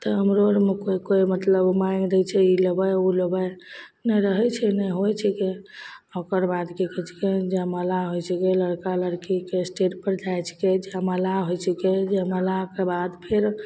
तऽ हमरो आरमे कोइ कोइ मतलब माँगि दै छै ई लेबै ओ लेबै नहि रहै छै नहि होइ छिकै ओकर बादके किछुके जयमाला होइ छिकै लड़का लड़की स्टेजपर जाइ छिकै जयमाला होइ छिकै जयमालाके बाद फेर